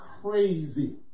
crazy